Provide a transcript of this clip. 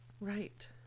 Right